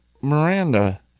Miranda